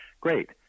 Great